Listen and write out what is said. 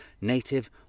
native